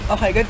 Okay